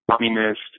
communist